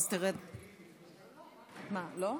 אז תרד, מה, לא יכול?